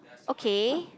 okay